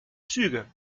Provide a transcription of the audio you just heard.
züge